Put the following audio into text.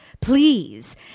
please